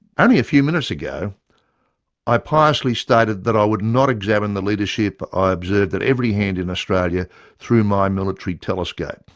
only a few minutes ago i piously stated that i would not examine the leadership ah i observed at every hand in australia through my military telescope.